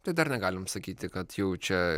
tai dar negalim sakyti kad jau čia